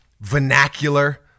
vernacular